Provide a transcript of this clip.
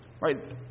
right